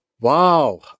Wow